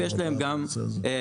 ויש להן גם מגדלים.